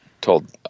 told